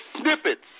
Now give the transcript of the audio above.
snippets